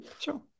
Sure